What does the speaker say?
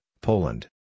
Poland